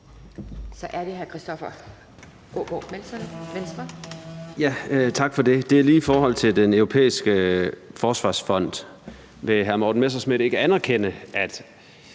Kl. 11:17 Christoffer Aagaard Melson (V): Tak for det. Det er lige i forhold til Den Europæiske Forsvarsfond. Vil hr. Morten Messerschmidt ikke anerkende, at